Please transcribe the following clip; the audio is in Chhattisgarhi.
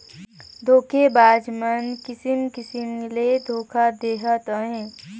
धोखेबाज मन किसिम किसिम ले धोखा देहत अहें